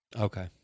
Okay